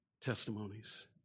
testimonies